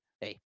hey